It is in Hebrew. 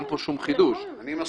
אין פה חידוש אני מסכים.